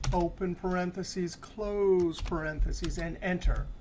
open parenthesis, close parenthesis, and enter.